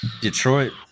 Detroit